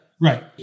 Right